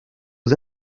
aux